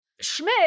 Schmidt